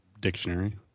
dictionary